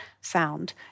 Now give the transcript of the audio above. sound